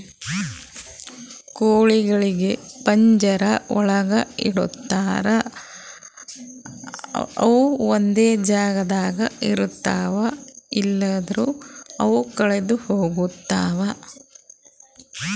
ಕೋಳಿಗೊಳಿಗ್ ಪಂಜರ ಒಳಗ್ ಇಡ್ತಾರ್ ಅಂತ ಅವು ಒಂದೆ ಜಾಗದಾಗ ಇರ್ತಾವ ಇಲ್ಲಂದ್ರ ಅವು ಕಳದೆ ಹೋಗ್ತಾವ